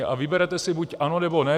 A vyberete si buď ano, nebo ne.